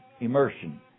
immersion